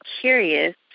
curious